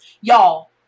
Y'all